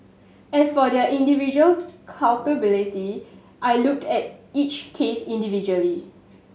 as for their individual culpability I looked at each case individually